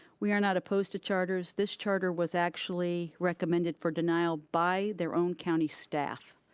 we are not opposed to charters. this charter was actually recommended for denial by their own county staff.